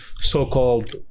so-called